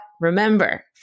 remember